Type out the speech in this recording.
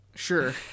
Sure